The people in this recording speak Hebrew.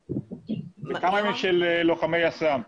וכמה מהם של לוחמי יס"מ?